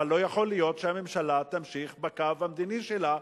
אבל לא יכול להיות שהממשלה תמשיך בקו המדיני שלה,